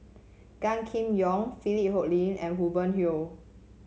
Gan Kim Yong Philip Hoalim and Hubert Hill